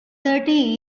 thirty